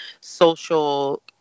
social